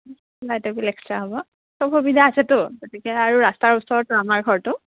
লাইটৰ bill extra হ'ব সব সুবিধা আছেতো গতিকে আৰু ৰাস্তাৰ ওচৰতটো আমাৰ ঘৰটো